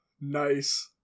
Nice